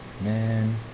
man